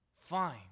fine